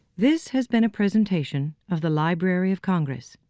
this has been a presentation of the library of congress.